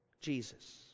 Jesus